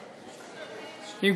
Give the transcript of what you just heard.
כן.